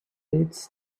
leads